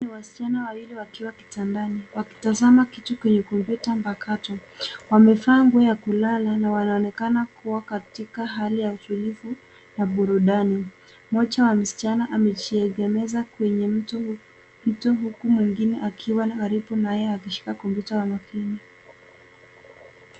Wasichana wawili wakiwa kitandani wakitazama kitu kwenye kompyuta mpakato wamevaa nguo ya kulala na wanaonekana kuwa katika hali ya utulivu na burudani , moja wa msichana amejiegemeza kwenye mto huku mwingine akiwa karibu na yeye akishika kompyuta anafinya.